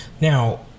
Now